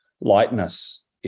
lightness